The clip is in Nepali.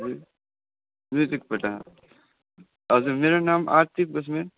म्युजिकबाट हजुर मेरो नाम आर्तिक बस्नेत